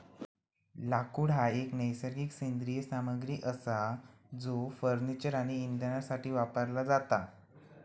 लाकूड हा एक नैसर्गिक सेंद्रिय सामग्री असा जो फर्निचर आणि इंधनासाठी वापरला जाता